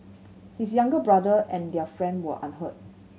his younger brother and their friend were unhurt